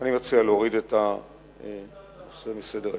אני מציע להוריד את הנושא מסדר-היום.